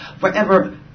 forever